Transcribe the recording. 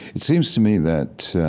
it seems to me that